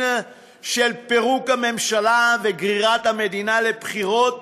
של פירוק הממשלה וגרירת המדינה לבחירות